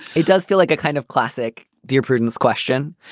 it does feel like a kind of classic dear prudence question.